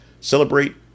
celebrate